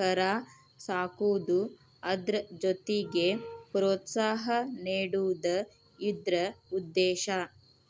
ಕರಾ ಸಾಕುದು ಅದ್ರ ಜೊತಿಗೆ ಪ್ರೋತ್ಸಾಹ ನೇಡುದ ಇದ್ರ ಉದ್ದೇಶಾ